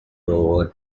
over